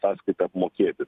sąskaitą apmokėti